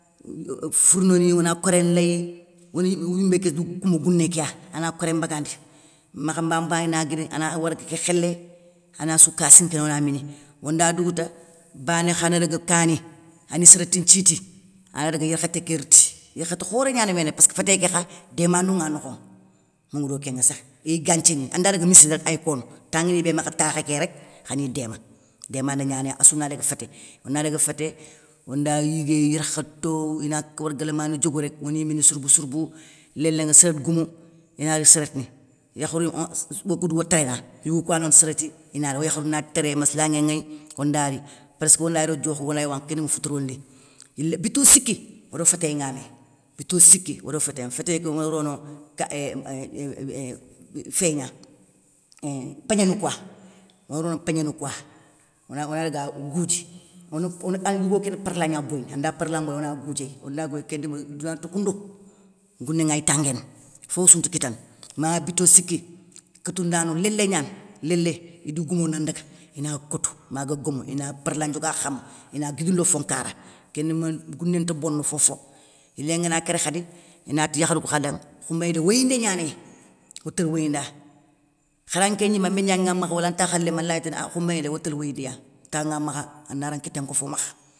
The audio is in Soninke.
Fournoni ona koré ley, oni yimé ké dou koumou gouné kéya, ana koré mbagandi, makhan mabné na guiri ana warga ké khélé, anassou kassi nkinona mini. Onda dougouta, bané kha na daga kani, ani sérétti nthiti, ana daga yarkhaté ké riti, yarkhate khoré gnani méné passkeu fétéyé ké kha démandou nŋa nokhoŋa, moungou do kénŋa sakh, iy ganthini, andaga missidé rek ay kono, tan a ibé makha takhé ké rék khani déma, démandé gnanéy assouna daga fété, onda daga fété, onda yigué, yarkhato ina, worga lamané diogou rek oni mini sourbe sourbou, léléŋa sérétti goumou, inari séréttini, yakharou on okoudou o téréna, yougou kouya lono sérétini inari, oyakharou na téré massalanŋé ŋéy onda ri préssk ogana ro diokhé ogana gni wankhini, kén ndima foutouro li yilé, bito siki odo fétéyé nga mé, fétéyé onarono, ka féyé gna pénŋéni kouwa, onorono pénŋé ni kouwa onadaga goudji, ondari yigo kéni parla gna boyini, anda parla mboyi, ona goudiéy, olagoy ké dima douna nta koundou, gounéŋa ay tanguéné, fofossou nti kitana, ma bito siki, kotou ndano lélé gnani, lélé idi goumo na ndaga, ina kotou, maga gomou ina parla ndioga khama, ina guidou lo fon nkara, kén ndima gouné nta bono fofo, yilé ngana kéré khadi, inati yakharou kou khadanŋe khoumbéné dé woyindégna néy, otél woyindiya, kharan nké gnimé an mindianŋé ŋa makha wala an takha léma, alaytini ah khoumbéné dé otél woyindiya temps nga makha, anara nkité nkéfo makha.